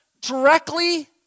directly